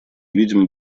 видим